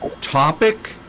topic